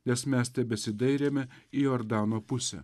nes mes tebesidairėme į jordano pusę